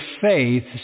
faith